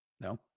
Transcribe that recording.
No